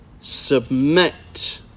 submit